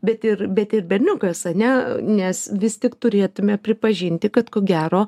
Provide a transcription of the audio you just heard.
bet ir bet ir berniukas a ne nes vis tik turėtume pripažinti kad ko gero